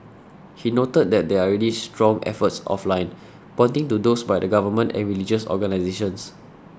he noted that there are already strong efforts offline pointing to those by the Government and religious organisations